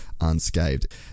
unscathed